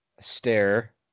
stare